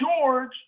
George